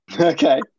Okay